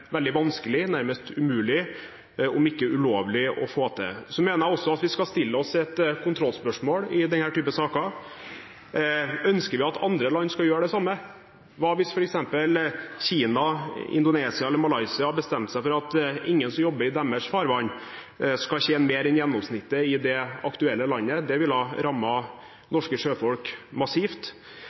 veldig vanskelig, nærmest umulig, om ikke ulovlig, å få til. Så mener jeg også at vi skal stille oss et kontrollspørsmål i denne typen saker: Ønsker vi at andre land skal gjøre det samme? Hva hvis f.eks. Kina, Indonesia eller Malaysia bestemte seg for at ingen som jobber i deres farvann, skal tjene mer enn gjennomsnittet i det aktuelle landet? Det ville rammet norske sjøfolk massivt.